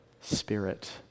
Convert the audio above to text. Spirit